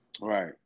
Right